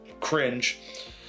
cringe